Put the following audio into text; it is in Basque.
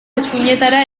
eskuinetara